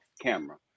camera